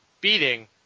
beating